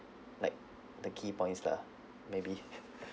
like the key points lah maybe